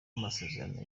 amasezerano